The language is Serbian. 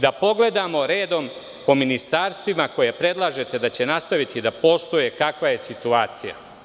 Da pogledamo redom po ministarstvima koje predlažete da će nastaviti da postoje kakva je situacija.